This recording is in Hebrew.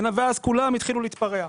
אז כולם התחילו להתפרע.